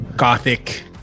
Gothic